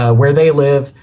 ah where they live,